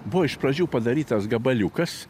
buvo iš pradžių padarytas gabaliukas